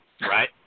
right